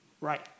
right